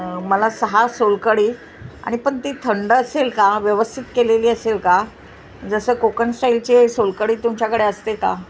मला सहा सोलकडी आणि पन ती थंड असेल का व्यवस्थित केलेली असेल का जसं कोकन स्टाईलचे सोलकडी तुमच्याकडे असते का